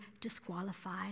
disqualified